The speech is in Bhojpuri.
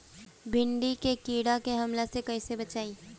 भींडी के कीट के हमला से कइसे बचाई?